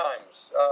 times